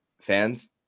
fans